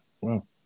Wow